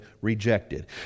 rejected